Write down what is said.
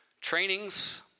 trainings